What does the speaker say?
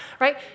right